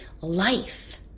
life